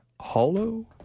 Hollow